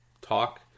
talk